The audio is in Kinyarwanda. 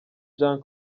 jean